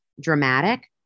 dramatic